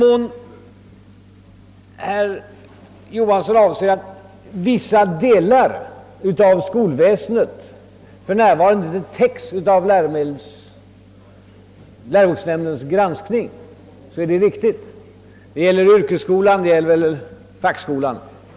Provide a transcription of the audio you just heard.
Om herr Johansson i Skärstad avser att påtala att vissa delar av skolväsendet för närvarande inte täcks av läroboksnämndens granskning är detta förhållande riktigt. Detta gäller för yrkesskolan och i stora delar för fackskolan.